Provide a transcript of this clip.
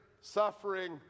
suffering